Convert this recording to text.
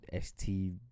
ST